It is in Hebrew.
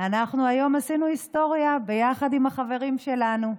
אנחנו היום עשינו היסטוריה ביחד עם החברים שלנו,